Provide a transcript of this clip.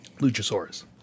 Luchasaurus